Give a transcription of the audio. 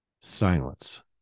Silence